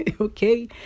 Okay